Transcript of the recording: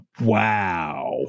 wow